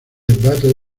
battle